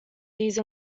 these